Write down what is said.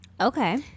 Okay